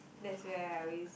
that's where I always